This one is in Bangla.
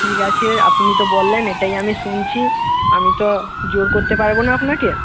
ঠিক আছে আপনি তো বললেন এটাই আমি শুনছি আমি তো জোর করতে পারবো না আপনাকে